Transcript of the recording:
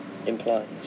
implies